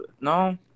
No